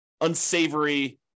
unsavory